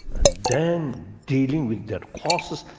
and then, dealing with the causes,